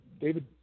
david